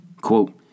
Quote